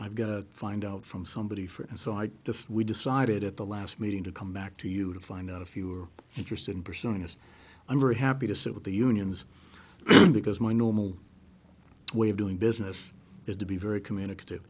i've got to find out from somebody for it and so i just we decided at the last meeting to come back to you to find out if you're interested in pursuing us i'm very happy to sit with the unions because my normal way of doing business is to be very communicative